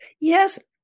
Yes